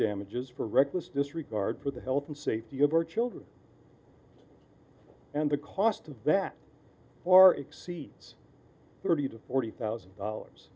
damages for reckless disregard for the health and safety of our children and the cost of that far exceeds thirty to forty thousand dollars